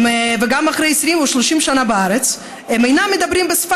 וגם אחרי 20 או 30 שנה בארץ הם אינם מדברים בשפה